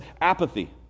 apathy